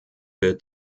wird